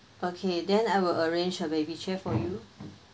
okay then I will arrange a baby chair for you